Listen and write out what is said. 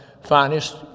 finest